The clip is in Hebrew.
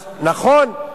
אז נכון,